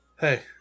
Hey